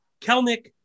Kelnick